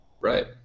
Right